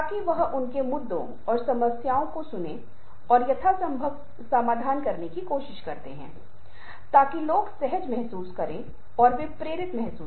दूसरे शब्दों में मुस्कुराहट और हंसी ऐसी चीजें हैं जो हमारे लिए सहज हो सकती हैं लेकिन उन्हें सामाजिक मानदंडों द्वारा विनियमित किया जाता है